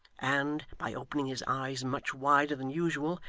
and, by opening his eyes much wider than usual,